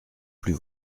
plus